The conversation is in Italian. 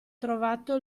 trovato